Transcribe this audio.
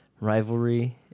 rivalry